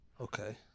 Okay